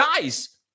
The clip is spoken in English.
guys